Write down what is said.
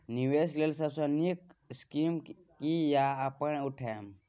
निवेश लेल सबसे नींक स्कीम की या अपन उठैम?